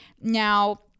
now